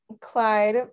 Clyde